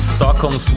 Stockholm